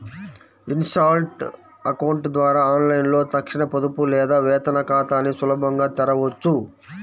Insta account ద్వారా ఆన్లైన్లో తక్షణ పొదుపు లేదా వేతన ఖాతాని సులభంగా తెరవొచ్చు